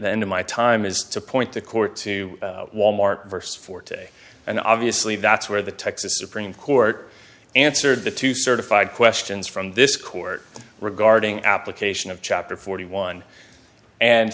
of my time is to point the court to wal mart verse for today and obviously that's where the texas supreme court answered the two certified questions from this court regarding application of chapter forty one and